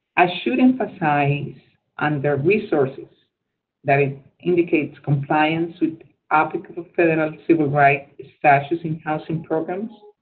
i should emphasize under resources that it indicates compliance with applicable federal civil rights statutes in housing programs,